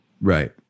Right